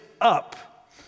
up